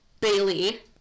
Bailey